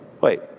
wait